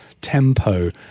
tempo